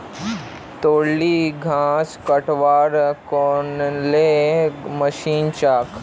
तोर ली घास कटवार कुनला मशीन छेक